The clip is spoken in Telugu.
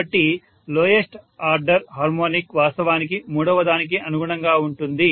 కాబట్టి లోయస్ట్ ఆర్డర్ హార్మోనిక్ వాస్తవానికి మూడవదానికి అనుగుణంగా ఉంటుంది